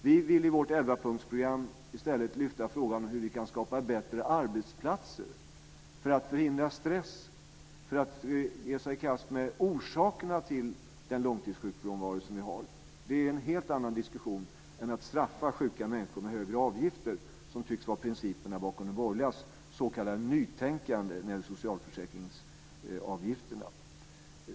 Vi vill i vårt elvapunktsprogram i stället lyfta fram frågan om hur vi kan skapa bättre arbetsplatser för att förhindra stress och för att ge oss i kast med orsakerna till den långtidssjukfrånvaro som vi har. Det är en helt annan diskussion än att straffa sjuka människor med högre avgifter, vilket tycks vara principen bakom de borgerligas s.k. nytänkande när det gäller socialförsäkringsavgifterna.